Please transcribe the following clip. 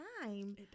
time